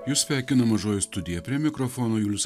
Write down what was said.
jus sveikina mažoji studija prie mikrofono julius